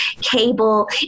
cable